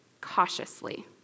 cautiously